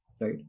right